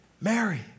Mary